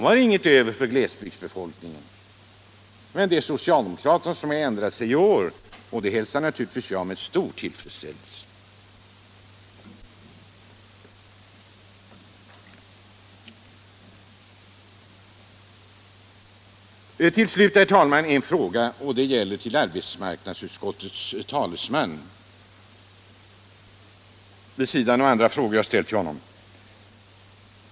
De har ingenting över för glesbygdsbefolkningen. Det är socialdemokraterna som har ändrat sig i år. Detta hälsar jag naturligtvis med stor tillfredsställelse. Till slut herr talman, en fråga till arbetsmarknadsutskottets talesman vid sidan av andra frågor som jag ställt till honom.